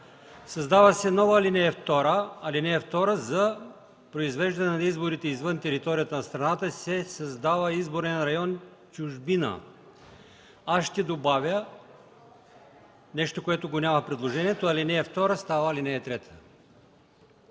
създава се нова ал. 2 – „За произвеждане на изборите извън територията на страната се създава изборен район „Чужбина”.” Аз ще добавя нещо, което го няма в предложението: ал. 2 става ал. 3.